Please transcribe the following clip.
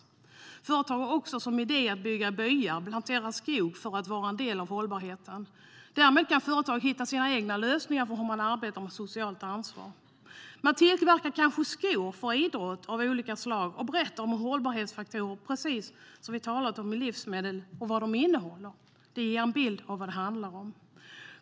En del företag har också som idé att bygga byar och plantera skog för att vara en del av hållbarheten. Därmed kan företag hitta sina egna lösningar för hur man arbetar med socialt ansvar. Man tillverkar kanske skor för idrott av olika slag och berättar om hållbarhetsfaktorer, precis som vi talar om livsmedel och vad de innehåller. Det ger en bild av vad det handlar om.